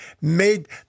made